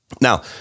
Now